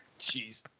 Jeez